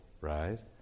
right